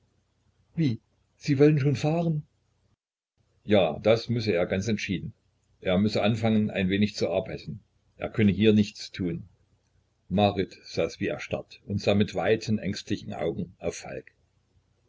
wie sie wollen schon fahren ja das müsse er ganz entschieden er müsse anfangen ein wenig zu arbeiten er könne hier nichts tun marit saß wie erstarrt und sah mit weiten ängstlichen augen auf falk